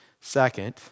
Second